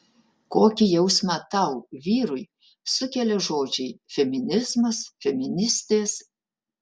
kokį jausmą tau vyrui sukelia žodžiai feminizmas feministės